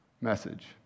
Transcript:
message